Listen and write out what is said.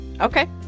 Okay